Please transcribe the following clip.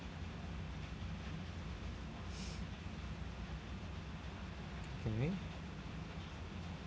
kay